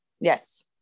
Yes